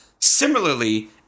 similarly